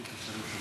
.